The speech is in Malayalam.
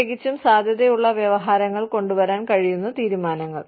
പ്രത്യേകിച്ചും സാധ്യതയുള്ള വ്യവഹാരങ്ങൾ കൊണ്ടുവരാൻ കഴിയുന്ന തീരുമാനങ്ങൾ